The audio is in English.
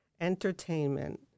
entertainment